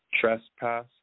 Trespass